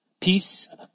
peace